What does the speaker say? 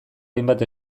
hainbat